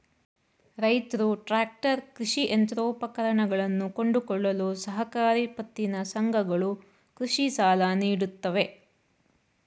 ರೈತ್ರು ಟ್ರ್ಯಾಕ್ಟರ್, ಕೃಷಿ ಯಂತ್ರೋಪಕರಣಗಳನ್ನು ಕೊಂಡುಕೊಳ್ಳಲು ಸಹಕಾರಿ ಪತ್ತಿನ ಸಂಘಗಳು ಕೃಷಿ ಸಾಲ ನೀಡುತ್ತವೆ